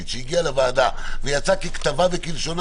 שהגיעה לוועדה ויצאה ככתבה וכלשונה?